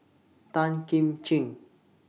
Tan Kim Ching